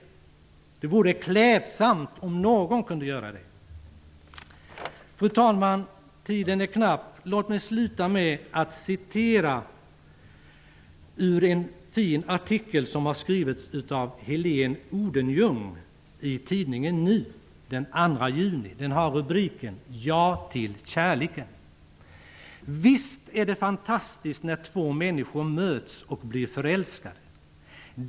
Det vore klädsamt om någon kunde göra det. Fru talman! Tiden är knapp. Jag vill avslutningsvis citera ur en fin artikel som har skrivits av Helene Odenljung i tidningen Nu från den 2 juni. Artikeln har rubriken ''Ja till kärleken!''. ''Visst är det fantastiskt när två människor möts och blir förälskade!